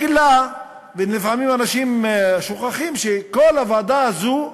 לפעמים אנשים שוכחים שכל הוועדה הזאת,